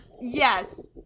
Yes